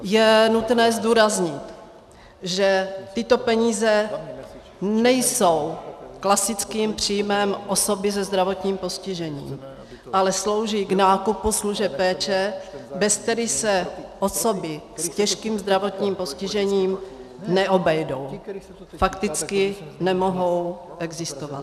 Je nutné zdůraznit, že tyto peníze nejsou klasickým příjmem osoby se zdravotním postižením, ale slouží k nákupu služeb péče, bez kterých se osoby s těžkým zdravotním postižením neobejdou a fakticky nemohou existovat.